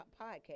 podcast